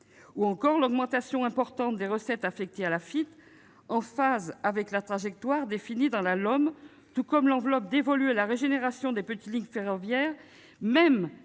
!-, l'augmentation importante des recettes affectées à l'Afitf, en phase avec la trajectoire définie dans la LOM, ou l'enveloppe dévolue à la régénération des petites lignes ferroviaires, même